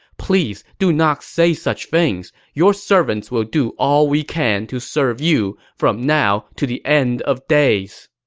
please do not say such things. your servants will do all we can to serve you, from now to the end of days.